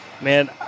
man